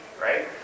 right